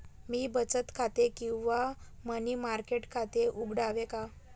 मी बचत खाते किंवा मनी मार्केट खाते उघडावे का?